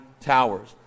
towers